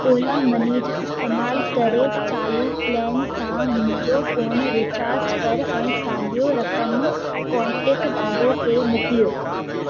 Ola money जो इस्तेमालु करे चालू प्लेन सां मुंहिंजो फ़ोन रीचार्ज करियो ऐं साॻियो रक़म कोन्टेक्ट डा॒ढो खे मोकिलियो